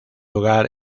lugar